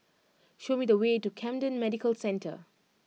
show me the way to Camden Medical Centre